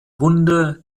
hunde